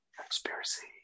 Conspiracy